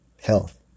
health